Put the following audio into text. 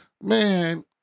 man-